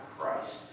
Christ